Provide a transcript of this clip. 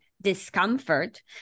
discomfort